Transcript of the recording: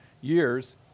years